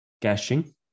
caching